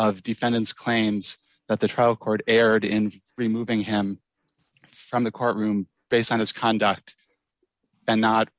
of defendant's claims that the trial court erred in removing him from the courtroom based on his conduct and not